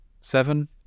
seven